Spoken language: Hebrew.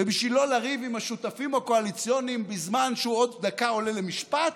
ובשביל לא לריב עם השותפים הקואליציוניים בזמן שהוא עוד דקה עולה למשפט,